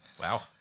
Wow